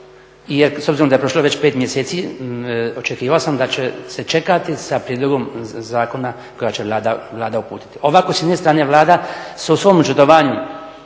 s obzirom da je prošlo već 5 mjeseci očekivao sam da će se čekati sa prijedlogom zakona koji će Vlada uputiti. Ovako s jedne strane Vlada se u svom očitavanju